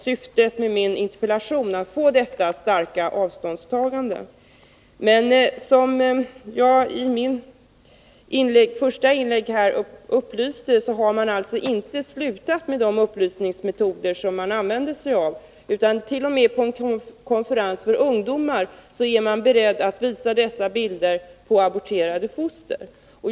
Syftet med min interpellation var också att få detta starka avståndstagande. Som jag berättade i mitt första inlägg har inte Pro Life-rörelsen upphört med dessa upplysningsmetoder. Rörelsen är t.o.m. beredd att på en konferens för ungdomar visa dessa bilder på aborterade foster.